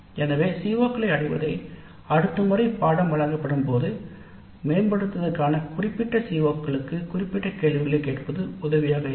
எனவே CO களை அடைவதை மேம்படுத்துவதற்கா க குறிப்பிட்ட சிஓக்களுக்கு குறிப்பிட்ட கேள்விகளைக் கேட்பது உதவியாக இருக்கும்